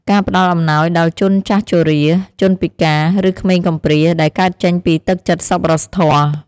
ការផ្តល់អំណោយដល់ជនចាស់ជរា ជនពិការ ឬក្មេងកំព្រា ដែលកើតចេញពីទឹកចិត្តសប្បុរសធម៌។